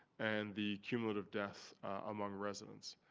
and the cumulative death among residents.